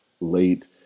late